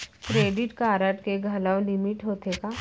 Credit card के घलव limit होथे का?